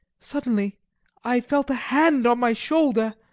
suddenly i felt a hand on my shoulder,